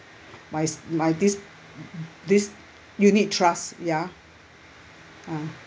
my my this this unit trust ya uh